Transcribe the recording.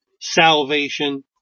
salvation